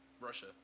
Russia